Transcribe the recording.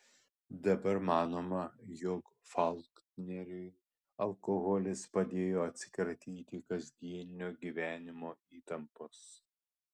dabar manoma jog faulkneriui alkoholis padėjo atsikratyti kasdieninio gyvenimo įtampos